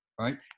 right